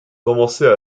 commençait